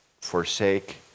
forsake